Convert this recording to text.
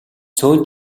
цөөн